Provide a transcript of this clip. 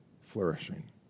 flourishing